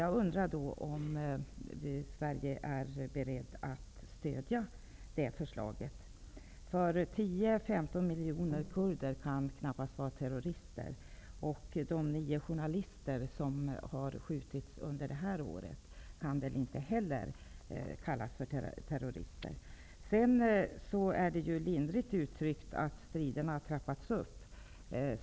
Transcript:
Jag undrar om Sverige är berett att stödja det förslaget. 10--15 miljoner kurder kan knappast vara terrorister. De nio journalister som har skjutits under detta år kan väl inte heller kallas för terrorister. Det är att uttrycka det lindrigt, att säga att striderna har trappats upp.